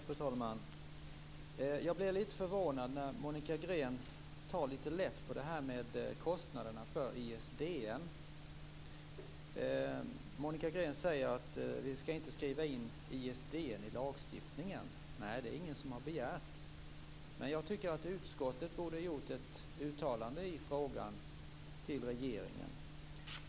Fru talman! Jag blev lite förvånad när Monica Green tog så lätt på kostnaderna för ISDN. Monica Green säger att vi inte skall skriva in ISDN i lagstiftningen. Nej, det är ingen som har begärt det. Men jag tycker att utskottet borde ha gjort ett uttalande i frågan till regeringen.